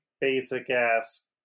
basic-ass